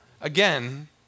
Again